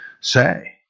say